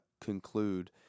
conclude